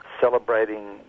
celebrating